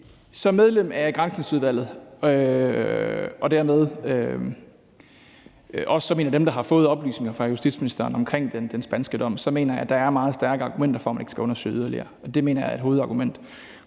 Som medlem af Granskningsudvalget og dermed også som en af dem, der har fået oplysninger fra justitsministeren om den spanske dom, så mener jeg, at der er meget stærke argumenter for, at man ikke skal undersøge det yderligere. Det mener jeg er et hovedargument.